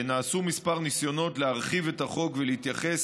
נעשו כמה ניסיונות להרחיב את החוק ולהתייחס